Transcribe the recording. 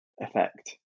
effect